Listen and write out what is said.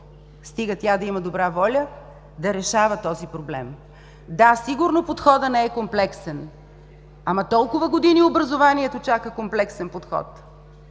стига тя да има добра воля да решава този проблем. Да, сигурно подходът не е комплексен. Ама, толкова години образованието чака комплексен подход.